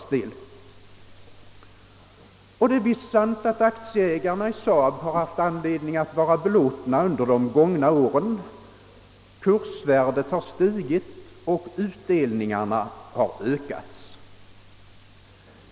Visst är det sant att aktieägarna i SAAB haft anledning att vara belåtna under de gångna åren. Kursvärdet har stigit och utdelningarna har ökat.